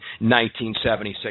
1976